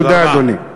תודה, אדוני.